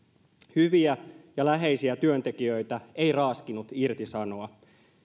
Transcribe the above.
hyviä ja läheisiä työntekijöitä ei raaskinut irtisanoa